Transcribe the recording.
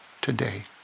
today